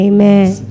Amen